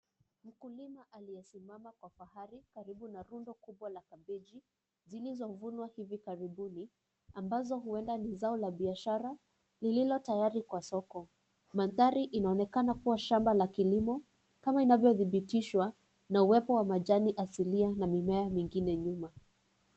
Mkulima aliyesimama kwa pahali karibu na rundo kubwa la kabeji zilizovunwa hivi karibuni ambazo huenda ni zao la iashara lililotayari kwa soko, mandhari inaonekana kua shamba la kilimo kama inavyodhibitishwa na uwepo wa majani asilia na mimea mingine nyuma.